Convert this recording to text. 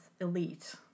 elite